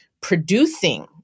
producing